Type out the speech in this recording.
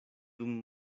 dum